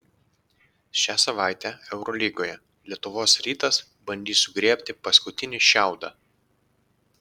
šią savaitę eurolygoje lietuvos rytas bandys sugriebti paskutinį šiaudą